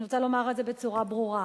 אני רוצה לומר את זה בצורה ברורה.